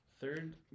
Third